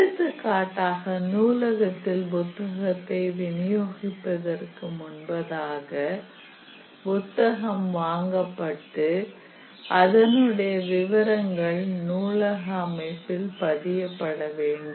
எடுத்துக்காட்டாக நூலகத்தில் புத்தகத்தை விநியோகிப்பதற்கு முன்னதாக புத்தகம் வாங்கப்பட்டு அதனுடைய விவரங்கள் நூலக அமைப்பில் பதியப்பட வேண்டும்